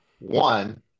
One